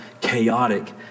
chaotic